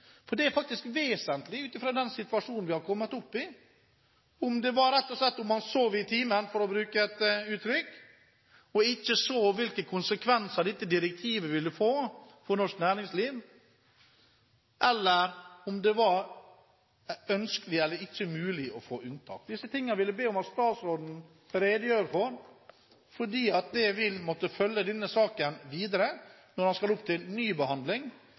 kapitaldekningsdirektivet. Det er faktisk vesentlig ut fra den situasjonen vi er kommet opp i, om det rett og slett var slik at man sov i timen – for å bruke et uttrykk – og ikke så hvilke konsekvenser dette direktivet ville få for norsk næringsliv, eller om det var ønskelig eller ikke mulig å få unntak. Jeg vil be om at statsråden redegjør for disse tingene fordi det vil måtte følge denne saken videre når den skal opp til